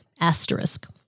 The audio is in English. asterisk